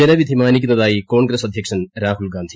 ജനവിധി മാനിക്കുന്നതായി കോൺഗ്രസ്സ് അധ്യക്ഷൻ രാഹുൽഗാന്ധി